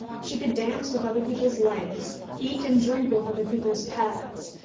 she could dance with other people's legs, eat and drink with other people's palates,